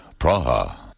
Praha